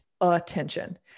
attention